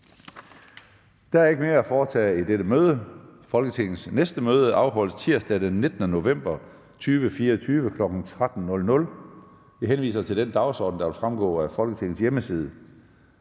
Der er ikke mere at foretage i dette møde. Folketingets næste møde afholdes tirsdag den 19. november 2024, kl. 13.00. Jeg henviser til den dagsorden, der vil fremgå af Folketingets hjemmeside.